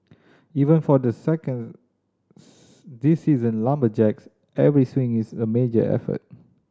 even for the second these seasoned lumberjacks every swing is a major effort